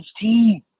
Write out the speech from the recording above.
team